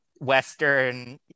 western